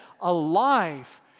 alive